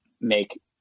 make